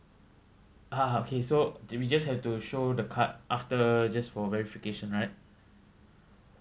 ah okay so did we just have to show the card after just for verification right